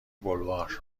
بلوار